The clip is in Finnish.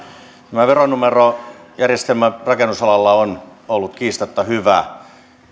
tämä veronumerojärjestelmä rakennusalalla on ollut kiistatta hyvä